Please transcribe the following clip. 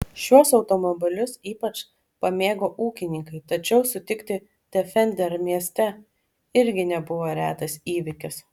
šiuos automobilius ypač pamėgo ūkininkai tačiau sutikti defender mieste irgi nebuvo retas įvykis